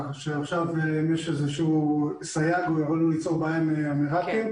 כך שעכשיו יש איזושהי סייג שיכול ליצור בעיה עם האמיראתים.